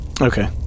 Okay